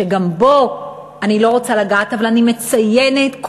שגם בו אני לא רוצה לגעת אבל אני מציינת אותו,